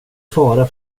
fara